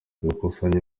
gukusanya